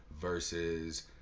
versus